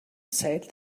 said